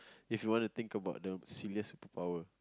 if you want to think about the silliest superpower